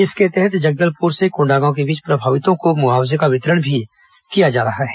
इसके तहत जगदलपूर से कोण्डागांव के बीच प्रभावितों को मुआवजे का वितरण किया जा रहा है